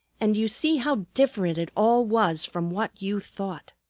and you see how different it all was from what you thought.